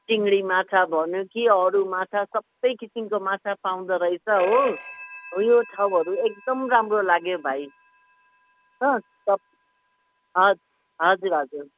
सिङ्गी माछा भन्यो कि अरू माछा सबै किसिमको माछा पाउँदो रहेछ हो हो यो ठाउँहरू एकदम राम्रो लाग्यो भाइ हँ सब हज हजुर हजुर